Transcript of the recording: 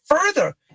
further